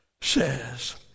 says